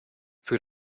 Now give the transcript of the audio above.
für